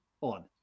on